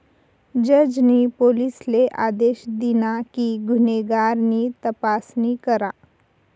जज नी पोलिसले आदेश दिना कि गुन्हेगार नी तपासणी करा